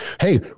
Hey